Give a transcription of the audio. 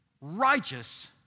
righteous